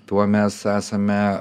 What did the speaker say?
tuo mes esame